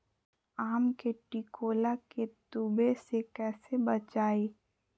आम के टिकोला के तुवे से कैसे बचाई?